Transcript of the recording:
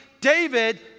David